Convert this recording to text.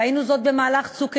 ראינו זאת במהלך "צוק איתן",